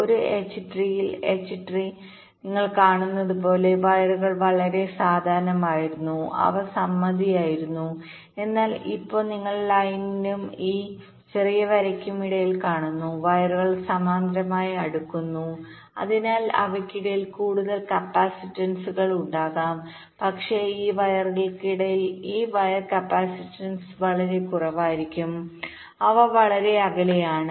ഒരു എച്ച് ട്രീയിൽ നിങ്ങൾ കാണുന്നത് പോലെ വയറുകൾ വളരെ സാധാരണമായിരുന്നു അവ സമമിതിയായിരുന്നു എന്നാൽ ഇപ്പോൾ നിങ്ങൾ ഈ ലൈനിനും ഈ ചെറിയ വരയ്ക്കും ഇടയിൽ കാണുന്നു വയറുകൾ സമാന്തരമായി അടുക്കുന്നു അതിനാൽ അവയ്ക്കിടയിൽ കൂടുതൽ കപ്പാസിറ്റൻസുകൾ ഉണ്ടാകും പക്ഷേ ഈ വയർക്കിടയിൽ ഈ വയർ കപ്പാസിറ്റൻസ് വളരെ കുറവായിരിക്കും അവ വളരെ അകലെയാണ്